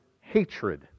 hatred